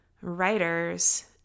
writers